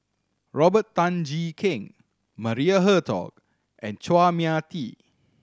Robert Tan Jee Keng Maria Hertogh and Chua Mia Tee